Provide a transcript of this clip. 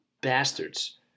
bastards